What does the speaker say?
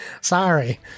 Sorry